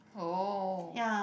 oh